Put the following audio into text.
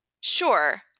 sure